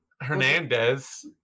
hernandez